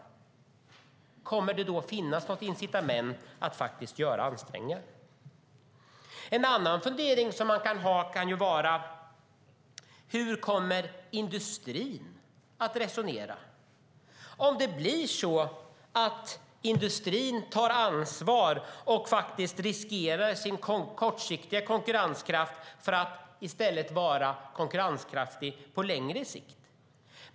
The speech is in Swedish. Kommer det då att finnas något incitament att faktiskt göra ansträngningar? En annan fundering som man kan ha är hur industrin kommer att resonera om den tar ansvar och faktiskt riskerar sin kortsiktiga konkurrenskraft för att i stället vara konkurrenskraftig på längre sikt.